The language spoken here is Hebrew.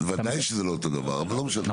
ודאי שזה לא אותו דבר אבל לא משנה.